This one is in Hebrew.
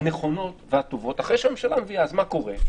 אז מה קורה?